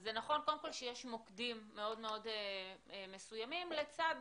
זה נכון שיש מוקדים מאוד מאוד מסוימים לצד